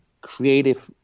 creative